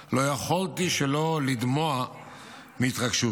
לא יכולתי שלא לדמוע מהתרגשות.